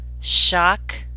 shock